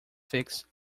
fixed